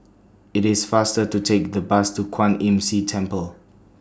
IT IS faster to Take The Bus to Kwan Imm See Temple